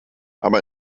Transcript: aber